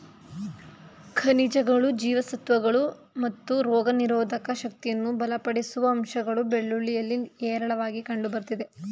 ಖನಿಜಗಳು ಜೀವಸತ್ವಗಳು ಮತ್ತು ರೋಗನಿರೋಧಕ ಶಕ್ತಿಯನ್ನು ಬಲಪಡಿಸುವ ಅಂಶಗಳು ಬೆಳ್ಳುಳ್ಳಿಯಲ್ಲಿ ಹೇರಳವಾಗಿ ಕಂಡುಬರ್ತವೆ